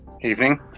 Evening